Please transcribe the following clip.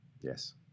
Yes